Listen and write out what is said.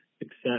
success